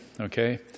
Okay